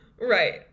Right